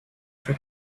for